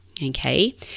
Okay